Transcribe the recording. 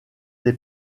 des